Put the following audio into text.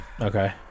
okay